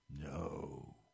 No